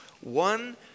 one